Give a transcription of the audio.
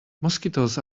mosquitoes